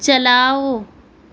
چلاؤ